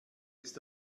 ist